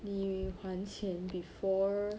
你还钱 before